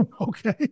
Okay